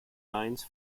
lines